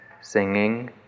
singing